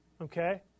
okay